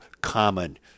common